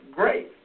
great